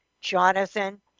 Jonathan